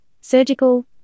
surgical